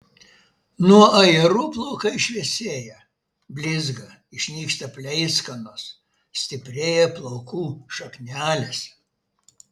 nuo ajerų plaukai šviesėja blizga išnyksta pleiskanos stiprėja plaukų šaknelės